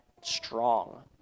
strong